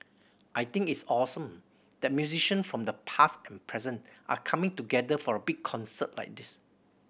I think it's awesome that musician from the past and present are coming together for a big concert like this